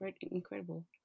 incredible